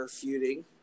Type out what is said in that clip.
Feuding